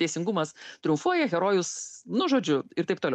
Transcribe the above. teisingumas triumfuoja herojus nu žodžiu ir taip toliau